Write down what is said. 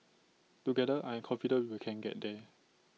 together I am confident we can get there